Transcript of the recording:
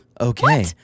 Okay